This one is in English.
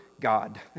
God